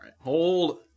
Hold